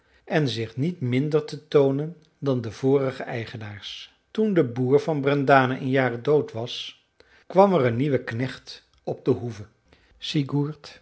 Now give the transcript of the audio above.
en zich niet minder te toonen dan de vorige eigenaars toen de boer van brendane een jaar dood was kwam er een nieuwe knecht op de hoeve sigurd